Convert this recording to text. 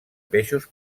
peixos